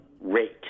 rate